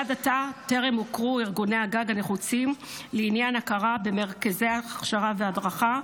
עד עתה טרם הוכרו ארגוני הגג הנחוצים לעניין הכרה במרכזי הכשרה והדרכה,